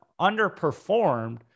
underperformed